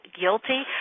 guilty